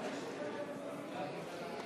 היושב-ראש,